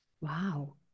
Wow